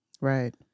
Right